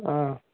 অঁ